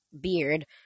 beard